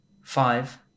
Five